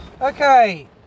Okay